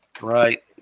Right